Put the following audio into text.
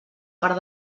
part